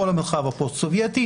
כל המרחב הפוסט-סובייטי.